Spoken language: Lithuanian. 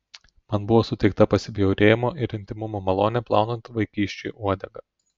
man buvo suteikta pasibjaurėjimo ir intymumo malonė plaunant vaikiščiui uodegą